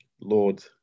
Lord